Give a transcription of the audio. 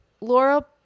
Laura